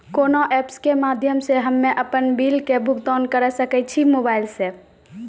कोना ऐप्स के माध्यम से हम्मे अपन बिल के भुगतान करऽ सके छी मोबाइल से?